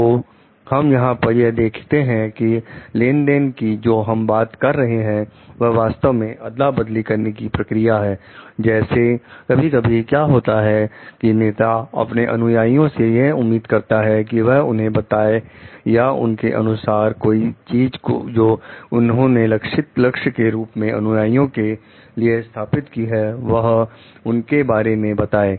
तो हम यहां पर यह देखते हैं कि लेन देन कि जो हम बात कर रहे हैं वह वास्तव में अदला बदली करने की प्रक्रिया है जैसे कभी कभी क्या होता है नेता अपने अनुयायियों से यह उम्मीद करता है कि वह उन्हें बताएं या उनके अनुसार कोई चीज जो उन्होंने लक्ष्य के रूप में अनुयायियों के लिए स्थापित की है वह उसके बारे में बताएं